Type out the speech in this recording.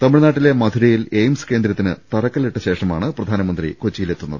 തമിഴ്നാട്ടിലെ മധുരയിൽ എയിംസ് കേന്ദ്രത്തിന് തറക്ക ല്ലിട്ട ശേഷമാണ് പ്രധാനമന്ത്രി കൊച്ചിയിലെത്തുന്നത്